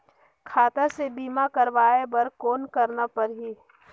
खाता से बीमा करवाय बर कौन करना परही?